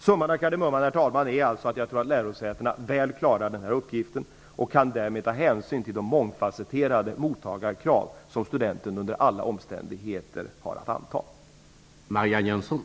Summan av kardemumman, herr talman, är alltså att jag tror att lärosätena väl klarar denna uppgift och därmed kan ta hänsyn till de mångfasetterade mottagarkrav som studenten under alla omständigheter har att möta.